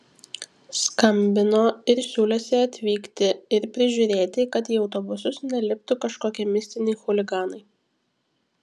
skambino ir siūlėsi atvykti ir prižiūrėti kad į autobusus neliptų kažkokie mistiniai chuliganai